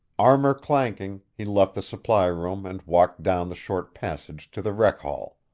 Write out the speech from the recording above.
armor clanking, he left the supply room and walked down the short passage to the rec-hall.